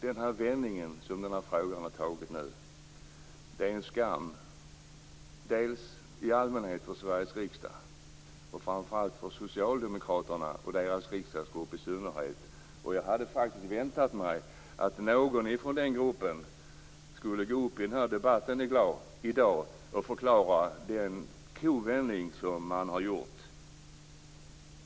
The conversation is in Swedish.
Den vändning som denna fråga har tagit är en skam dels rent allmänt för Sveriges riksdag, dels framför allt för socialdemokraterna och i synnerhet den socialdemokratiska riksdagsgruppen. Jag hade väntat mig att någon från den gruppen skulle gå upp i debatten i dag och förklara den kovändning som gruppen har gjort.